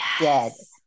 Yes